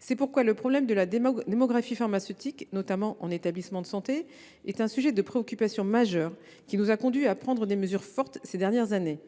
C’est pourquoi le problème de la démographie pharmaceutique, notamment en établissement de santé, est un sujet de préoccupation majeur, qui nous a conduits à prendre des mesures fortes ces dernières années.